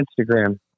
Instagram